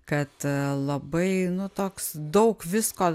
kad labai nu toks daug visko